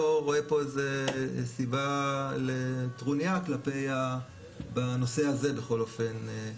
רואה פה איזה סיבה לטרוניה בנושא הזה בכל אופן,